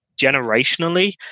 generationally